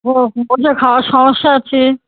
ও ওর যে খাওয়ার সমস্যা আছে